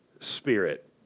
Spirit